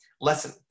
Lesson